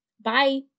Bye